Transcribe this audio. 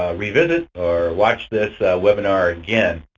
ah revisit or watch this webinar again.